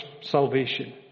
salvation